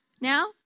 now